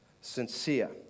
sincere